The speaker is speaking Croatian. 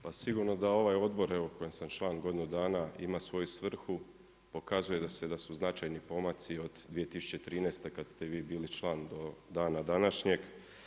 Pa sigurno da ovaj odbor, evo kojem sam član godinu dana ima svoju svrhu, pokazuje da su značajni pomaci od 2013. kada ste vi bili član do dana današnjeg.